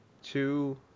Two